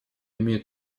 имеет